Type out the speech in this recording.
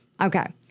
Okay